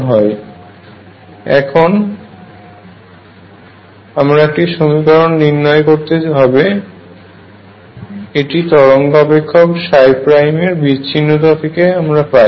আমাদের এখনো একটি সমীকরণ নির্ণয় করতে হবে এবং এটি তরঙ্গ অপেক্ষক এর বিচ্ছিন্নতা থেকে আমরা পাই